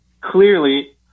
clearly